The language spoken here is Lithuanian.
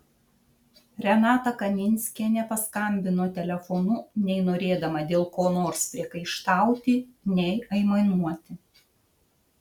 renata kaminskienė paskambino telefonu nei norėdama dėl ko nors priekaištauti nei aimanuoti